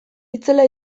itzela